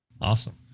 Awesome